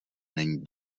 není